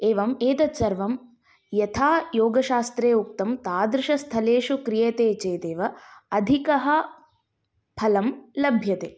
एवम् एतत् सर्वं यथा योगशास्त्रे उक्तं तादृशस्थलेषु क्रियते चेदेव अधिकः फलं लभ्यते